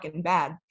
bad